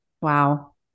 Wow